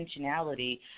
intentionality